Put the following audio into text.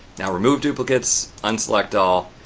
now, remove duplicates, unselect all,